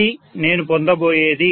ఇది నేను పొందబోయేది